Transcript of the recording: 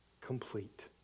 complete